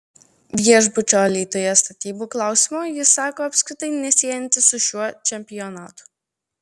viešbučio alytuje statybų klausimo jis sako apskritai nesiejantis su šiuo čempionatu